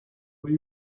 will